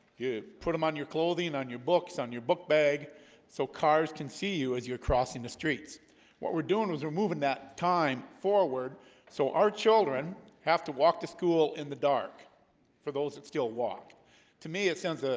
you put them on your clothing on your books on your book bag so cars can see you as you're crossing the streets what we're doing is we're moving that time forward so our children have to walk to school in the dark for those still walk to me a sense, ah